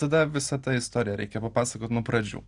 tada visą tą istoriją reikia papasakot nuo pradžių